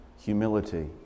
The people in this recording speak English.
Humility